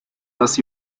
dass